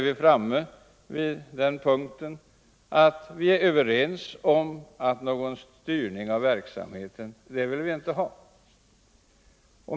Vi är alltså överens om att verksamheten inte skall styras.